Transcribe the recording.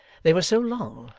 they were so long,